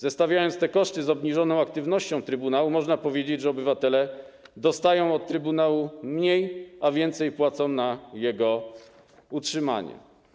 Zestawiając te koszty z obniżoną aktywnością trybunału, można powiedzieć, że obywatele dostają od trybunału mniej, a więcej płacą na jego utrzymanie.